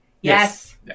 Yes